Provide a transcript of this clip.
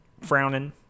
frowning